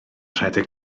rhedeg